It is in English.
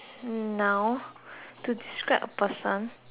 to describe a person